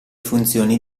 funzioni